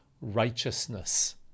righteousness